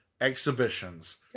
exhibitions